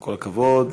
כל הכבוד.